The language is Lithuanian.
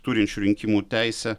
turinčių rinkimų teisę